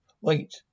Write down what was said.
Wait